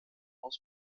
aus